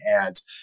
ads